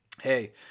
Hey